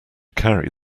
carry